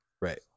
Right